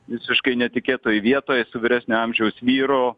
visiškai netikėtoj vietoj su vyresnio amžiaus vyru